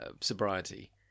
...sobriety